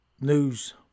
news